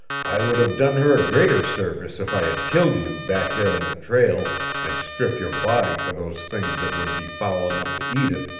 i would have done her a greater service if i had killed you back there on the trail and stripped your body for those things that would be foul enough to eat it.